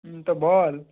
হুম তো বল